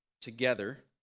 together